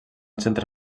centre